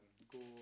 go